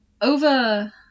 over